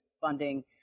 funding